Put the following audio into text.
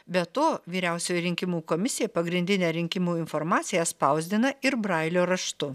be to vyriausioji rinkimų komisija pagrindinę rinkimų informaciją spausdina ir brailio raštu